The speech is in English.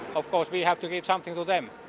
of course, we have to give something to them.